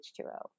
H2O